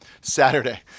Saturday